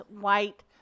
white